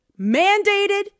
mandated